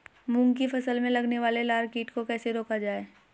मूंग की फसल में लगने वाले लार कीट को कैसे रोका जाए?